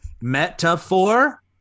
metaphor